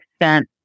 extent